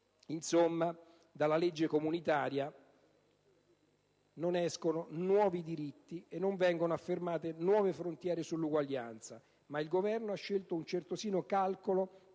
Insomma, dalla legge comunitaria non escono nuovi diritti e non vengono affermate nuove frontiere sull'uguaglianza, ma il Governo ha scelto con certosino calcolo